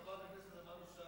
חברת הכנסת תמנו-שטה,